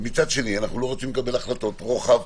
מצד שני, אנחנו לא רוצים לקבל החלטות רוחב